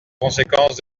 conséquence